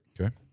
Okay